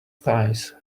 thighs